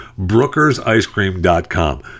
Brookersicecream.com